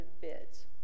bids